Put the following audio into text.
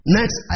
Next